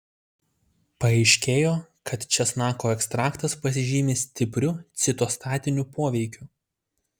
paaiškėjo kad česnako ekstraktas pasižymi stipriu citostatiniu poveikiu